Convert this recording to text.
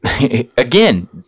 again